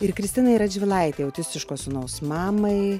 ir kristinai radžvilaitei autistiško sūnaus mamai